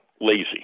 Lazy